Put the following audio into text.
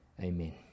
Amen